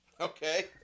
Okay